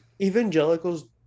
evangelicals